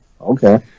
okay